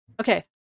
Okay